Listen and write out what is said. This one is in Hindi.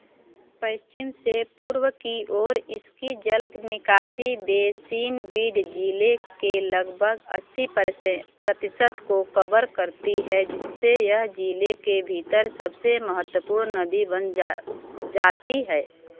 पश्चिम से पूर्व की ओर इसकी जल निकासी बेसिन बीड जिले के लगभग अस्सी परसेंट प्रतिशत को कवर करती है जिससे यह जिले के भीतर सबसे महत्वपूर्ण नदी बन जा जाती है